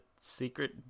secret